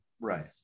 Right